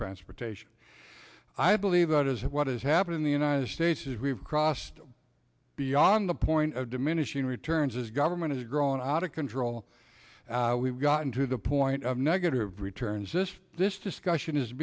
transportation i believe that is what has happened in the united states is we've crossed beyond the point of diminishing returns as government has grown out of control we've gotten to the point of negative returns is this discussion is